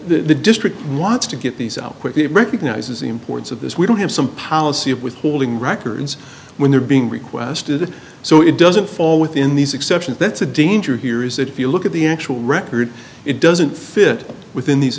the district wants to get these out quickly recognizes the importance of this we don't have some policy of withholding records when they're being requested so it doesn't fall within these exceptions that's a danger here is that if you look at the actual record it doesn't fit within these